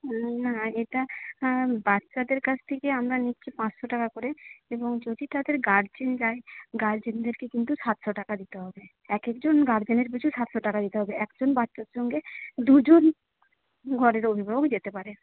না এটা বাচ্চাদের কাছ থেকে আমরা নিচ্ছি পাঁচশো টাকা করে এবং যদি তাদের গার্জেন যায় গার্জেনদেরকে কিন্তু সাতশো টাকা দিতে হবে একেকজন গার্জেনের পিছু সাতশো টাকা দিতে হবে একজন বাচ্চার সঙ্গে দুজন ঘরের অভিভাবক যেতে পারে